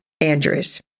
Andrews